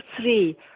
three